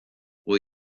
will